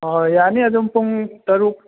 ꯑꯣ ꯌꯥꯅꯤ ꯑꯗꯨꯝ ꯄꯨꯡ ꯇꯔꯨꯛ